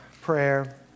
prayer